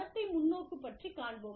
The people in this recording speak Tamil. நடத்தை முன்னோக்கு பற்றிக் காண்போம்